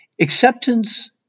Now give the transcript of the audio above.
Acceptance